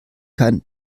kein